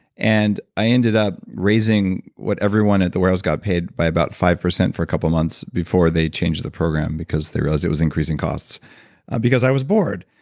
and i ended up raising what everyone at the warehouse got paid by about five percent for a couple of months before they changed the program because they realized it was increasing costs because i was bored.